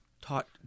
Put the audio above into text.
taught